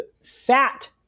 sat